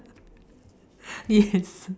yes